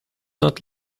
not